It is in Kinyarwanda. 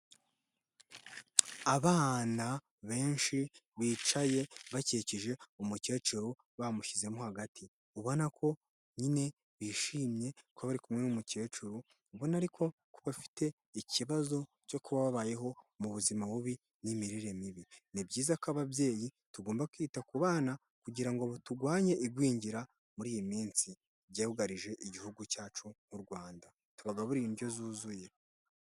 Abana benshi bicaye bakikije umukecuru, bamushyizemo hagati, ubona ko nyine bishimye kuba bari kumwe n'umukecuru, ubona ariko ko bafite ikibazo cyo kuba habayeho mu buzima bubi n'imirire mibi. Ni byiza ko ababyeyi tugomba kwita ku bana kugira ngo turwanye igwingira muri iyi minsi ryugarije igihugu cyacu nk'u Rwanda, tubagaburire indyo zuzuye.